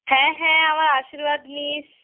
হ্যাঁ হ্যাঁ আমার আশীর্বাদ নিস